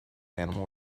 animal